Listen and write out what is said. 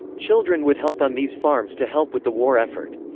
children would help on these farms to help with the war effort.